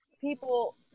People